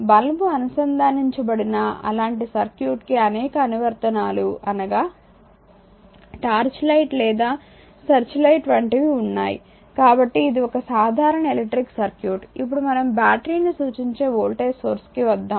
bulb అనుసంధానించబడిన అలాంటి circuit కి అనేక అనువర్తనాలు అనగా టార్చ్ లైట్ లేదా సెర్చ్ లైట్ వంటివి ఉన్నాయి కాబట్టి ఇది ఒక సాధారణ ఎలక్ట్రిక్ సర్క్యూట్ ఇప్పుడు మనం బ్యాటరీని సూచించే వోల్టేజ్ సోర్స్ కి వద్దాం